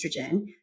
estrogen